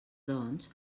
doncs